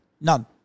None